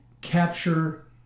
capture